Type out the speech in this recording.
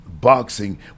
Boxing